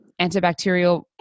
antibacterial